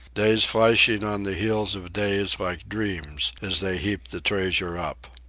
days flashing on the heels of days like dreams as they heaped the treasure up.